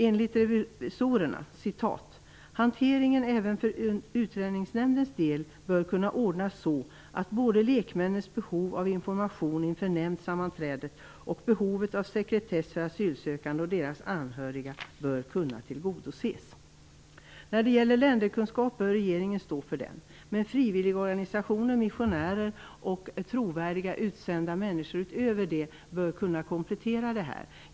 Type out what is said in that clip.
Enligt revisorerna: Hanteringen även för Utlänningsnämndens del bör kunna ordnas så att både lekmännens behov av information inför nämndsammanträdet och behovet av sekretess för asylsökande och deras anhöriga bör kunna tillgodoses. För länderkunskaper står regeringen, men frivilligorganisationer, missionärer och trovärdiga utsända människor bör utöver detta kunna komplettera denna kunskap.